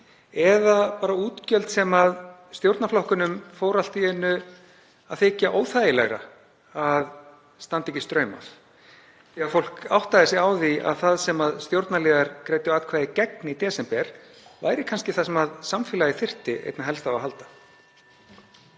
eða bara útgjöld sem stjórnarflokkunum fór allt í einu að þykja óþægilegra að standa ekki straum af, því að fólk áttaði sig á því að það sem stjórnarliðar greiddu atkvæði gegn í desember væri kannski það sem samfélagið þyrfti einna helst á að halda.